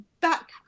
Back